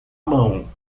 mão